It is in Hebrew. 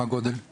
מה הגודל המותר?